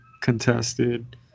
contested